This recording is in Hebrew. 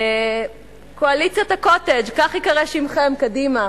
קואליציית ה"קוטג'", כך ייקרא שמכם, קדימה,